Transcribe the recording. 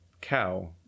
cow